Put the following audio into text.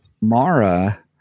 Mara